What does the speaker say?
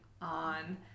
on